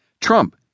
Trump